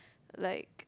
like